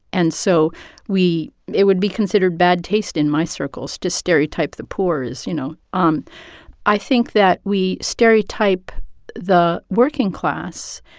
and so we it would be considered bad taste in my circles to stereotype the poor as, you know um i think that we stereotype the working class,